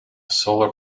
solar